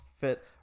fit